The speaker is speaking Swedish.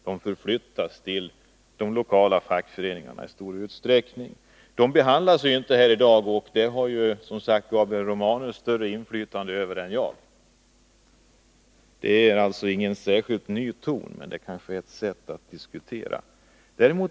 De förflyttas i stor utsträckning till de lokala fackföreningarna. Dessa saker behandlas inte här i dag, och det har Gabriel Romanus större inflytande över än jag. Det är alltså ingen särskilt ny ton i mina inlägg, men det är kanske ett visst sätt att diskutera.